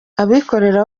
abikorera